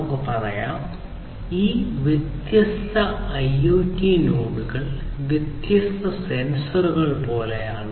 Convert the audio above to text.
നമുക്ക് പറയാം ഈ വ്യത്യസ്ത IoT നോഡുകൾ വ്യത്യസ്ത സെൻസറുകൾ പോലെയാണ്